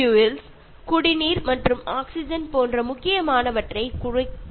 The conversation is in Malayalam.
നമ്മുടെ സ്വന്തം വീടിന് തീ വെക്കുന്നത് പോലെയുള്ള സാഹചര്യത്തിലേക്ക് എത്തിക്കും